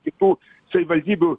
kitų savivaldybių